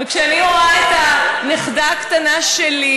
אני רואה את הנכדה שלי,